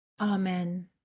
Amen